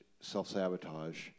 self-sabotage